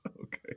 Okay